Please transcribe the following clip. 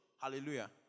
Hallelujah